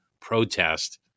protest